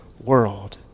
world